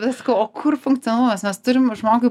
visko o kur funkcionalumas mes turim žmogui